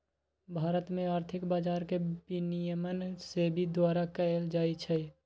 भारत में आर्थिक बजार के विनियमन सेबी द्वारा कएल जाइ छइ